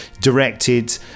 directed